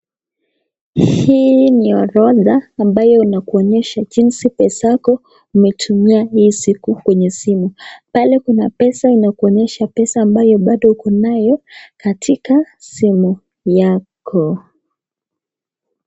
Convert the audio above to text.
Hii ni orodha ambayo inakuonyesha jinsi pesa yako umetumia hii siku kwenye simu. Pale kuna pesa inakuonyesha pesa ambayo bado uko nayo katika simu yako.